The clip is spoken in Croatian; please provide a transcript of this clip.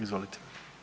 Izvolite.